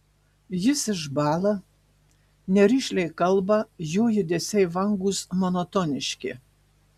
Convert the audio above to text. jis išbąla nerišliai kalba jo judesiai vangūs monotoniški